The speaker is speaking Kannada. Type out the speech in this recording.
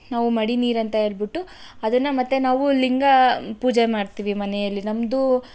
ನಾವು ಮಡಿ ನೀರು ಅಂತ ಹೇಳಿಬಿಟ್ಟು ಅದನ್ನು ಮತ್ತೆ ನಾವು ಲಿಂಗ ಪೂಜೆ ಮಾಡ್ತೀವಿ ಮನೆಯಲ್ಲಿ ನಮ್ಮದು